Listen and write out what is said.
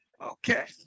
okay